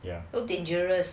so dangerous